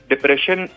Depression